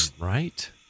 right